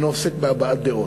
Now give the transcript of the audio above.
אינו עוסק בהבעת דעות.